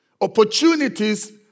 Opportunities